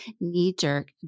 knee-jerk